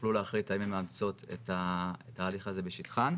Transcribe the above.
יוכלו להחליט האם הן מאמצות את התהליך הזה בשטחן.